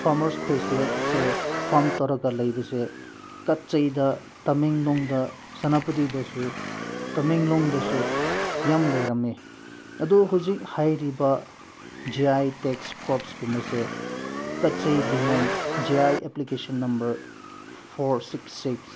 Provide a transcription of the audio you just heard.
ꯐꯥꯔꯃꯔꯁꯈꯣꯏꯁꯦ ꯁꯦ ꯐꯥꯝ ꯇꯧꯔꯒ ꯂꯩꯕꯁꯦ ꯀꯆꯩꯗ ꯇꯃꯦꯡꯂꯣꯡꯗ ꯁꯦꯅꯥꯄꯇꯤꯗꯁꯨ ꯇꯃꯦꯡꯂꯣꯡꯗꯁꯨ ꯌꯥꯝ ꯂꯩꯔꯝꯃꯦ ꯑꯗꯣ ꯍꯧꯖꯤꯛ ꯍꯥꯏꯔꯤꯕ ꯖꯤ ꯑꯥꯏ ꯇꯦꯛꯁ ꯀ꯭ꯔꯣꯞꯁ ꯀꯨꯝꯕꯁꯦ ꯀꯆꯩ lemon G I application number four six six